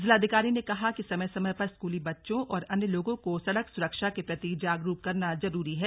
जिलाधिकारी ने कहा कि समय समय पर स्कूली बच्चों और अन्य लोगों को सड़क सुरक्षा के प्रति जागरूक करना जरूरी है